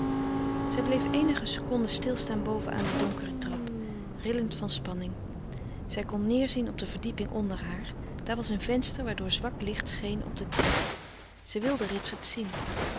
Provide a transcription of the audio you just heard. zij bleef eenige seconden stilstaan boven aan de donkere trap rillend van spanning zij kon neerzien op de verdieping onder haar daar was een venster waardoor zwak licht scheen op de trap zij wilde ritsert zien